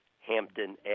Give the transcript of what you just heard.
Hampton